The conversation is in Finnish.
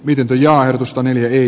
pidempi ja uskon eli